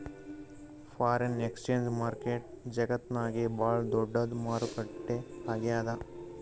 foreign exchange market ಜಗತ್ತ್ನಾಗೆ ಭಾಳ್ ದೊಡ್ಡದ್ ಮಾರುಕಟ್ಟೆ ಆಗ್ಯಾದ